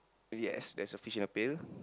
yes there's a fish in the pail